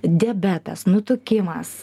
diabetas nutukimas